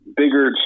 bigger